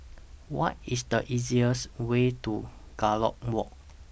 What IS The easiest Way to Gallop Walk